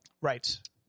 Right